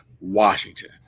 Washington